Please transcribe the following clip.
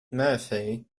murphy